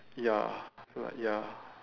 ya right ya